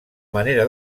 manera